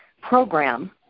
program